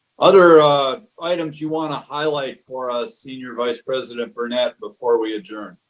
other items you want to highlight for us, senior vice president burnett before we adjourn?